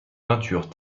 peintures